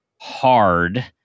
hard